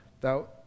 thou